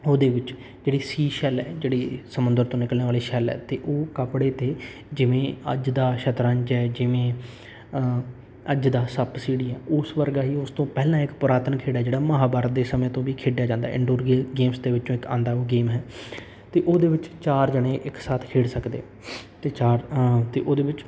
ਉਹਦੇ ਵਿੱਚ ਜਿਹੜੀ ਸੀ ਸ਼ੈਲ ਹੈ ਜਿਹੜੀ ਸਮੁੰਦਰ ਤੋਂ ਨਿਕਲਣ ਵਾਲੇ ਸ਼ੈਲ ਹੈ ਅਤੇ ਉਹ ਕੱਪੜੇ 'ਤੇ ਜਿਵੇਂ ਅੱਜ ਦਾ ਸ਼ਤਰੰਜ ਹੈ ਜਿਵੇਂ ਅੱਜ ਦਾ ਸੱਪ ਸੀੜੀ ਆ ਉਸ ਵਰਗਾ ਹੀ ਉਸ ਤੋਂ ਪਹਿਲਾਂ ਇੱਕ ਪੁਰਾਤਨ ਖੇਡ ਹੈ ਜਿਹੜਾ ਮਹਾਂਭਾਰਤ ਦੇ ਸਮੇਂ ਤੋਂ ਵੀ ਖੇਡਿਆ ਜਾਂਦਾ ਇੰਡੋਰ ਗੇਮ ਗੇਮਸ ਦੇ ਵਿੱਚੋਂ ਇੱਕ ਆਉਂਦਾ ਉਹ ਗੇਮ ਹੈ ਅਤੇ ਉਹਦੇ ਵਿੱਚ ਚਾਰ ਜਣੇ ਇੱਕ ਸਾਥ ਖੇਡ ਸਕਦੇ ਅਤੇ ਚਾਰ ਅਤੇ ਉਹਦੇ ਵਿੱਚ